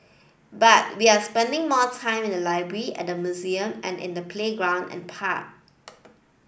but we are spending more time in the library at museum and in the playground and park